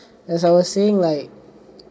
as I was saying like